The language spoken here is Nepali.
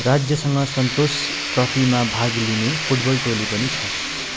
राज्यसँग सन्तोष ट्रफीमा भाग लिने फुटबल टोली पनि छ